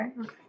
Okay